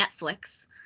Netflix